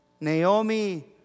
Naomi